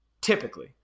typically